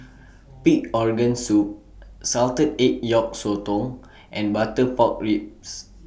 Pig Organ Soup Salted Egg Yolk Sotong and Butter Pork Ribs